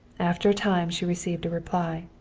after a time she received a reply.